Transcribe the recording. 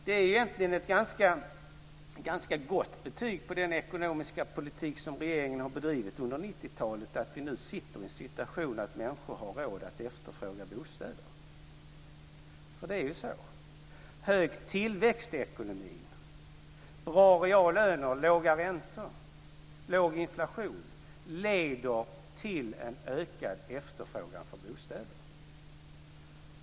Det är egentligen ett ganska gott betyg på den ekonomiska politik som regeringen har bedrivit under 90-talet att vi nu sitter i den situationen att människor har råd att efterfråga bostäder. Det är ju så. Hög tillväxt i ekonomin, bra reallöner, låga räntor och låg inflation leder till en ökad efterfrågan på bostäder.